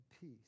peace